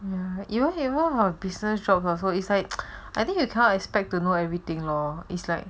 ya even even for business job also it's like I think you cannot expect to know everything lor is like